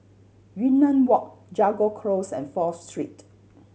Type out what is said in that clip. Yunnan Walk Jago Close and Fourth Street